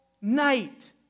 night